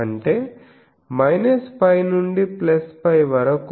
అంటే π నుండి π వరకు